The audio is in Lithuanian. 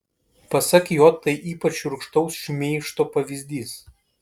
pasak jo tai ypač šiurkštaus šmeižto pavyzdys